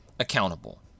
accountable